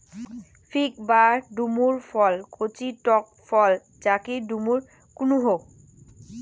fig বা ডুমুর ফল কচি টক ফল যাকি ডুমুর কুহু